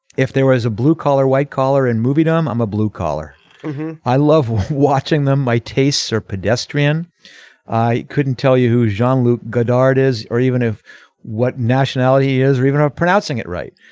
if there was a blue collar white collar and movie dumb i'm a blue collar i love watching them my tastes are pedestrian i couldn't tell you who john luc godard is or even if what nationality is or even i'm pronouncing it right.